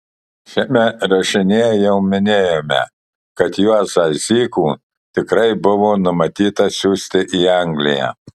šiame rašinyje jau minėjome kad juozą zykų tikrai buvo numatyta siųsti į angliją